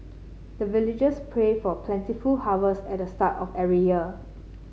the villagers pray for plentiful harvest at the start of every year